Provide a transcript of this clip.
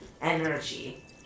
energy